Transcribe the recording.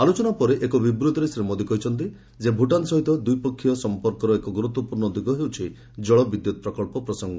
ଆଲୋଚନା ପରେ ଏକ ବିବୃଭିରେ ଶ୍ରୀ ମୋଦି କହିଛନ୍ତି ଭୁଟାନ ସହିତ ଦ୍ୱିପକ୍ଷିୟ ସମ୍ପର୍କର ଏକ ଗୁରୁତ୍ୱପୂର୍ଣ୍ଣ ଦିଗ ହେଉଛି ଜଳବିଦ୍ୟୁତ୍ ପ୍ରକଳ୍ପ ପ୍ରସଙ୍ଗ